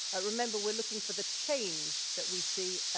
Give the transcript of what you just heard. ah remember, we're looking for the change that we see,